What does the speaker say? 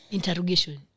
Interrogation